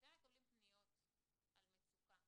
כשאתם מקבלים פניות על מצוקה